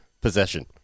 possession